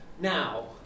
Now